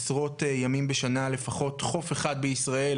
עשרות ימים בשנה לפחות חוף אחד בישראל